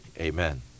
Amen